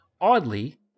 oddly